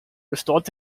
restored